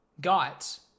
got